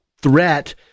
threat